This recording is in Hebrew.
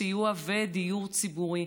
סיוע ודיור ציבורי.